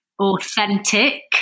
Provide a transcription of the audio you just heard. authentic